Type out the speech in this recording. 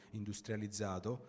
industrializzato